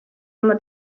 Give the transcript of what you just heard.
oma